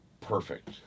perfect